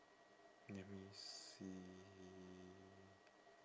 let me see